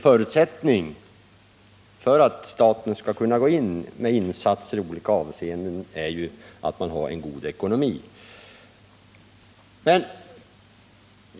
Förutsättningen för att staten skall kunna gå in med insatser i olika avseenden är ju att den har en god ekonomi.